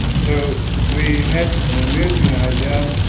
so we had an amusing idea,